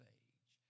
age